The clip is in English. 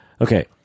Okay